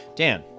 Dan